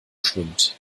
schwimmt